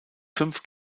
fünf